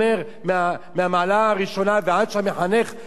ועד שהמחנך עלה על הבעיה הזאת לקח לו זמן.